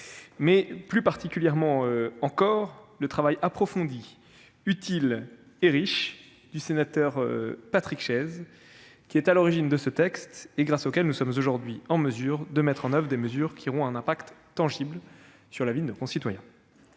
et tout particulièrement celui, approfondi, utile et riche du sénateur Patrick Chaize, qui est à l'origine de ce texte et grâce auquel nous sommes aujourd'hui à même de mettre en oeuvre des mesures qui auront un impact tangible sur la vie de nos concitoyens.